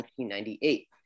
1998